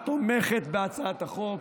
הממשלה תומכת בהצעת החוק,